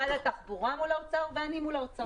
משרד התחבורה מול האוצר ואני מול האוצר.